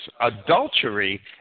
adultery